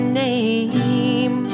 name